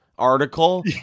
Article